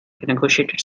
negotiated